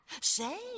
Say